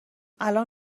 الان